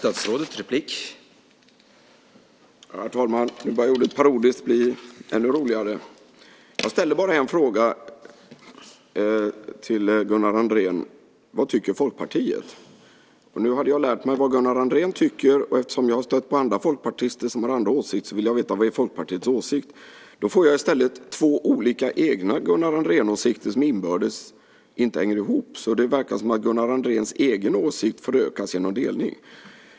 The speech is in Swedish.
Herr talman! Nu börjar ordet parodiskt bli ännu roligare. Jag ställde bara en fråga till Gunnar Andrén: Vad tycker Folkpartiet? Nu hade jag lärt mig vad Gunnar Andrén tycker, och eftersom jag har stött på andra folkpartister som har andra åsikter så ville jag veta vad Folkpartiets åsikt är. Då får jag i stället två olika egna Gunnar Andrén-åsikter som inbördes inte hänger ihop. Det verkar som om Gunnar Andréns egen åsikt förökas genom delning.